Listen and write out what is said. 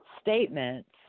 statements